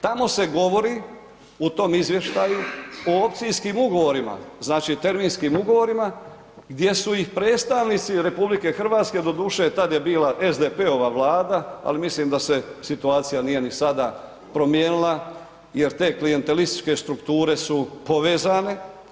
Tamo se govori u tom izvještaju o opcijskim ugovorima, znači terminskim ugovorima gdje su ih predstavnici RH, doduše tad je bila SDP-ova vlada, ali mislim da se situacija nije ni sada promijenila jer te klijentelističke strukture su povezane.